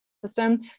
System